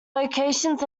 locations